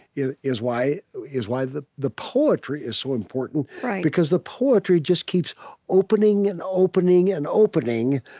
yeah is why is why the the poetry is so important because the poetry just keeps opening and opening and opening,